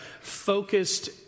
focused